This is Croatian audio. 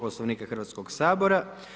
Poslovnika Hrvatskog sabora.